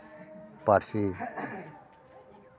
ᱯᱟᱹᱨᱥᱤ